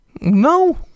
No